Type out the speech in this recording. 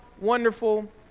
wonderful